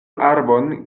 arbon